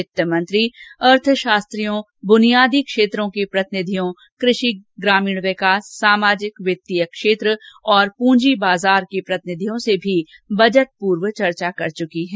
वित्तमंत्री अर्थशास्त्रियों ब्नियादी क्षेत्रों के प्रतिनधियों कृषि ग्रामीण विकास सामाजिक वित्तीय क्षेत्र और पूंजी बाजारों के प्रतिनिधियों से भी बजट पूर्व चर्चा कर चुकी हैं